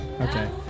okay